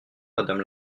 madame